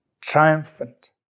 triumphant